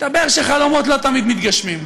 מסתבר שחלומות לא תמיד מתגשמים.